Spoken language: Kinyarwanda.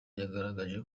yagaragaje